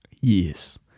Yes